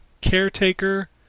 Caretaker